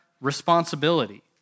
responsibility